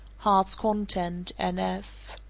heart's content, n f.